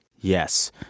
Yes